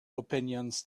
opinions